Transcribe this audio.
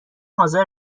حاضر